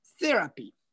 therapy